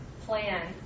plan